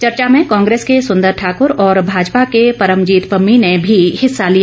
चर्चा में कांग्रेस के सुंदर ठाकुर और भाजपा के परमजीत पम्मी ने भी हिस्सा लिया